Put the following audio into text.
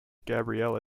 gabriella